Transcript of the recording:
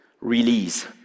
release